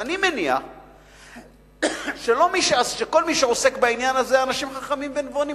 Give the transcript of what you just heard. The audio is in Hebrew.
אני מניח שכל מי שעוסקים בעניין הזה הם אנשים חכמים ונבונים.